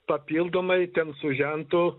papildomai ten su žentu